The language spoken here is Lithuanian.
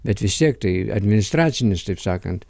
bet vis tiek tai administracinis taip sakant